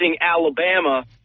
Alabama